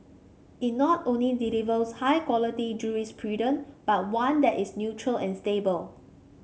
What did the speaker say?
it not only delivers high quality jurisprudent but one that is neutral and stable